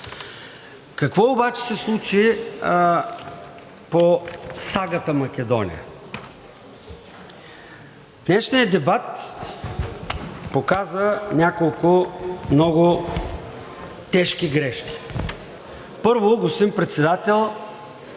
Какво обаче се случи по сагата Македония. Днешният дебат показа няколко много тежки грешки. Първо, господин Председател,